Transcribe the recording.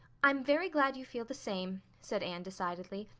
i'm very glad you feel the same, said anne decidedly.